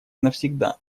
навсегда